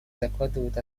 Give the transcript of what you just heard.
закладывает